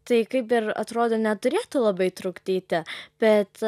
tai kaip ir atrodo neturėtų labai trukdyti bet